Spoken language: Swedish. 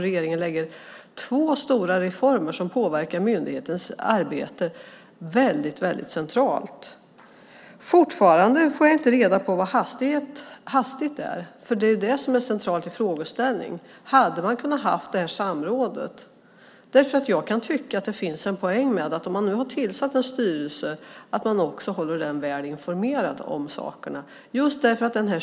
Regeringen genomför två stora reformer som påverkar myndighetens arbete väldigt centralt. Fortfarande får jag inte reda på vad "hastigt" är. Det är ju det som är centralt i frågeställningen. Hade man kunnat ha samrådet? Jag kan tycka att det finns en poäng med att om man har tillsatt en styrelse man också håller den väl informerad om sakerna.